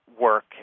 work